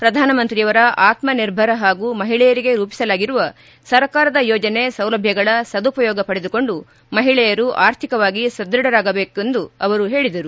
ಪ್ರಧಾನ ಮಂತ್ರಿಯವರ ಆತ್ಮ ನಿರ್ಭರ ಹಾಗೂ ಮಹಿಳೆಯರಿಗೆ ರೂಪಿಸಲಾಗಿರುವ ಸರ್ಕಾರದ ಯೋಜನೆ ಸೌಲಭ್ಯಗಳ ಸದುಪಯೋಗ ಪಡೆದುಕೊಂಡು ಮಹಿಳೆಯರು ಅರ್ಥಿಕವಾಗಿ ಸದೃಢರಾಗಬೇಕೆಂದು ಅವರು ಹೇಳಿದರು